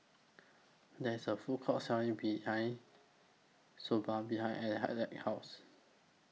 There IS A Food Court Selling behind Soba behind Alec Alec's House